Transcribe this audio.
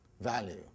value